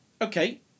okay